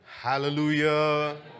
hallelujah